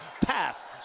pass